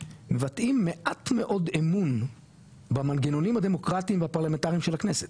מבטאים מעט מאוד אמון במנגנונים הדמוקרטיים הפרלמנטריים של הכנסת,